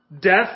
death